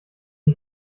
die